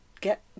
Get